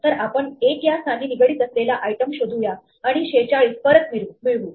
तर आपण 1 यास्थानी निगडीत असलेला आइटम शोधूया आणि 46 परत मिळवू